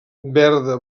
verda